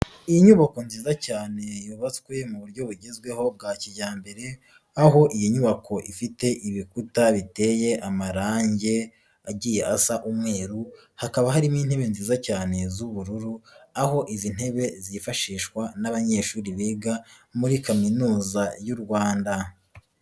Iyi nyubako nziza cyane yubatswe mu buryo bugezweho bwa kijyambere, aho iyi nyubako ifite ibikutateye amarangi agiye asa umweru hakaba harimo intebe nziza cyane z'ubururu, aho izi ntebe zifashishwa n'abanyeshuri biga muri kaminuza y'u Rwanda.